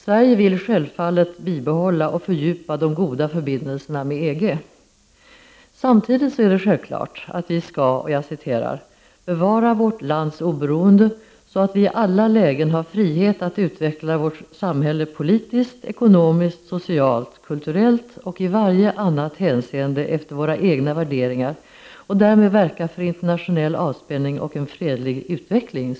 Sverige vill självfallet bibehålla och fördjupa de goda förbindelserna med EG. Samtidigt är det självklart att vi skall ”bevara vårt lands oberoende, så att vi i alla lägen har frihet att utveckla vårt samhälle politiskt, ekonomiskt, socialt, kulturellt och i varje annat hänseende efter våra egna värderingar och därmed verka för internationell avspänning och en fredlig utveckling”.